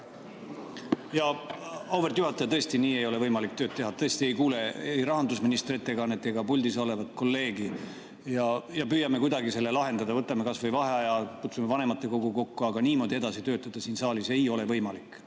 Auväärt juhataja! Tõesti, nii ei ole võimalik tööd teha. Tõesti, me ei kuule ei rahandusministrit ega puldis olevat kolleegi. Püüame kuidagi selle lahendada, võtame kas või vaheaja, kutsume vanematekogu kokku, aga niimoodi siin saalis edasi töötada ei ole võimalik.